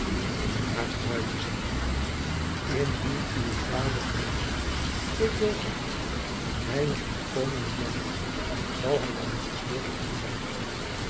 truitje zeide hij indien uw vader onze ik wil zeggen mijne ontkoming bemerkt zal hij dan niet verstoord op u zijn